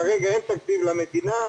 כרגע אין תקציב למדינה,